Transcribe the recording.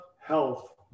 health